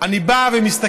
אני בא ומסתכל,